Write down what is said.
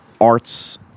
arts